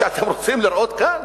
שאתם רוצים לראות כאן?